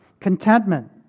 Contentment